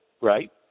right